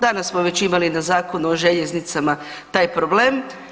Danas smo već imali na zakonu o željeznicama taj problem.